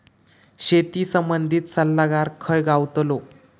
शेती संबंधित सल्लागार खय गावतलो?